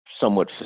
somewhat